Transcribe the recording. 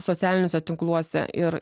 socialiniuose tinkluose ir